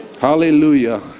Hallelujah